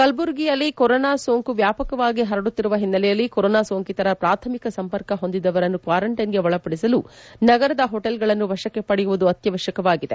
ಕಲಬುರಗಿ ಜಿಲ್ಲೆಯಲ್ಲಿ ಕೊರೋನಾ ಸೋಂಕು ವ್ಯಾಪಕವಾಗಿ ಹರಡುತ್ತಿರುವ ಹಿನ್ನೆಲೆಯಲ್ಲಿ ಕೊರೋನಾ ಸೊಂಕಿತರ ಪ್ರಾಥಮಿಕ ಸಂಪರ್ಕ ಹೊಂದಿದವರನ್ನು ಕ್ವಾರಂಟೈನ್ಗೆ ಒಳಪಡಿಸಲು ನಗರದ ಹೊಟೇಲ್ಗಳನ್ನು ವಶಕ್ಕೆ ಪಡೆಯುವುದು ಅತ್ಯವಶ್ಯಕವಾಗಿದೆ